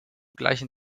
gleichen